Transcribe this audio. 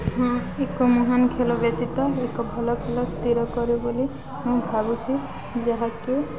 ହଁ ଏକ ମହାନ ଖେଳ ବ୍ୟତୀତ ଏକ ଭଲ ଖେଳ ସ୍ଥିର କର ବୋଲି ମୁଁ ଭାବୁଛି ଯାହାକି